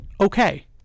okay